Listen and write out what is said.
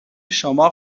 شما